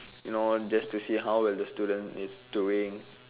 you know just to see how well the student is doing